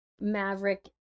Maverick